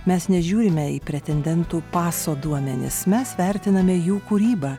mes nežiūrime į pretendentų paso duomenis mes vertiname jų kūrybą